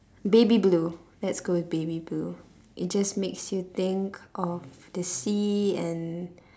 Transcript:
baby blue let's go with baby blue it just makes you think of the sea and